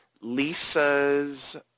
Lisa's